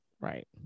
Right